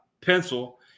pencil